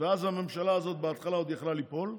ואז הממשלה הזאת בהתחלה עוד יכלה ליפול,